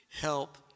help